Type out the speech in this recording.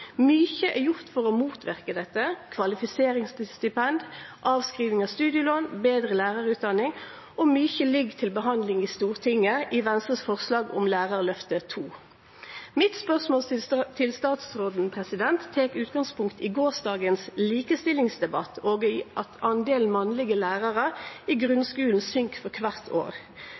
Mykje er gjort for å motverke dette: kvalifiseringsstipend, avskriving av studielån, betre lærarutdanning, og mykje ligg til behandling i Stortinget i samband med forslaget frå Venstre om «Lærarløftet 2». Mitt spørsmål til statsråden tek utgangspunkt i gårsdagens likestillingsdebatt, og at delen mannlege lærarar i grunnskulen blir mindre kvart år.